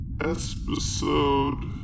episode